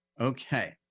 Okay